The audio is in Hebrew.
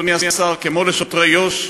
אדוני השר, כמו לשוטרי יו"ש.